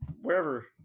wherever